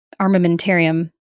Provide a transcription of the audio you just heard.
armamentarium